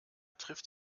trifft